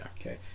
okay